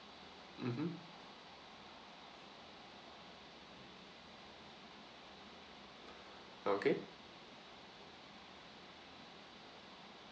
mmhmm okay